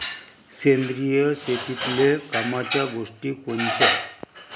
सेंद्रिय शेतीतले कामाच्या गोष्टी कोनच्या?